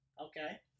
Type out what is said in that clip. Okay